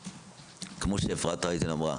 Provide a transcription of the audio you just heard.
כמו שאפרת רייטן אמרה,